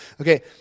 Okay